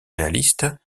réaliste